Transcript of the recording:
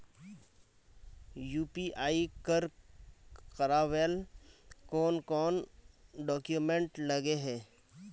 UPI कर करावेल कौन कौन डॉक्यूमेंट लगे है?